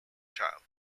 child